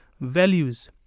values